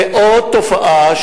ועוד תופעה,